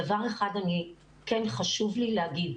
דבר אחד אני כן חשוב לי להגיד,